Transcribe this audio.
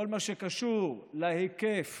כל מה שקשור להיקף